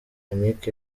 yannick